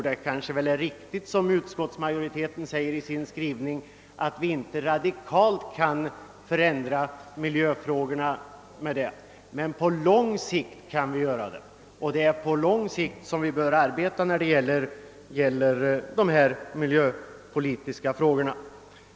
Det är nog riktigt som utskottsmajoriteten framhåller, att vi inte radikalt kan lösa miljöfrågorna på detta sätt omedelbart men på lång sikt kan vi göra det, och arbetet bör läggas upp på lång sikt när det gäller de här frågorna.